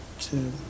two